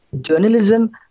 journalism